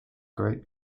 great